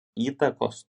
įtakos